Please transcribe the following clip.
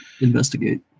investigate